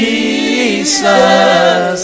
Jesus